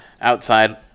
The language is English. Outside